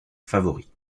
favori